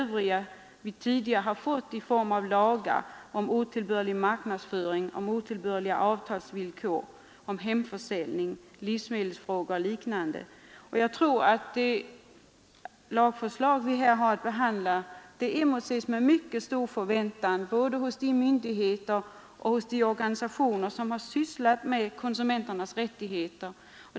Vi har tidigare fått lagar om otillbörlig marknadsföring, om otillbörliga avtalsvillkor, hemförsäljning, livsmedelsfrågor och liknande, och jag tror att det lagförslag som vi nu behandlar emotses med mycket stor förväntan hos de myndigheter och organisationer som sysslar med konsumenternas rättigheter.